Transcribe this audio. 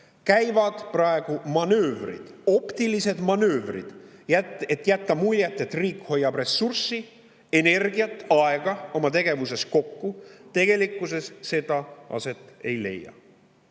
Praegu käivad optilised manöövrid, et jätta muljet, et riik hoiab ressurssi, energiat, aega oma tegevuses kokku. Tegelikkuses see aset ei leia. Nii